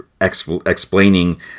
explaining